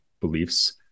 beliefs